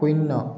শূন্য